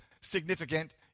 significant